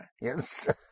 Yes